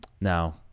now